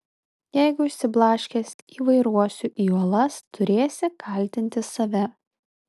jeigu išsiblaškęs įvairuosiu į uolas turėsi kaltinti save